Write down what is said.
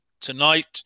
tonight